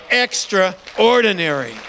extraordinary